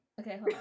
Okay